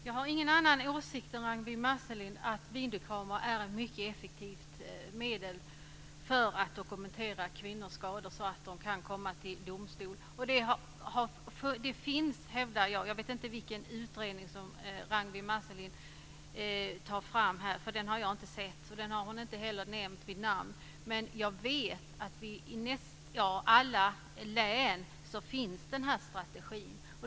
Fru talman! Jag har ingen annan åsikt än Ragnwi Marcelind, att videokamera är ett mycket effektivt medel för att dokumentera kvinnors skador så att brotten kan behandlas i domstol. Jag vet inte vilken utredning Ragnwi Marcelind talar om här. Den har jag inte sett, och hon har inte heller nämnt den vid namn. Men jag vet att den här strategin finns i alla län.